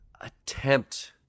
attempt